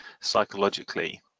psychologically